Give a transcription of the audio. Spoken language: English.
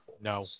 No